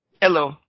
hello